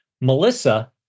Melissa